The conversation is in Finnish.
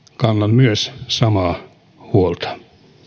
myös samaa huolta olen